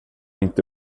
inte